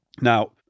Now